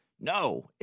No